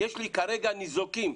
יש לי כרגע ניזוקים,